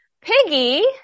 Piggy